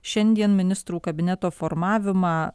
šiandien ministrų kabineto formavimą